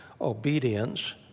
obedience